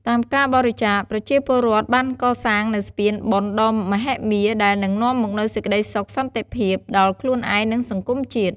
តាមរយៈការបរិច្ចាគ ប្រជាពលរដ្ឋបានកសាងនូវស្ពានបុណ្យដ៏មហិមា ដែលនឹងនាំមកនូវសេចក្តីសុខសន្តិភាពដល់ខ្លួនឯង និងសង្គមជាតិ។